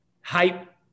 hype